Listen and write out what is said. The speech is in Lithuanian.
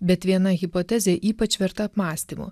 bet viena hipotezė ypač verta apmąstymų